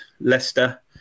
Leicester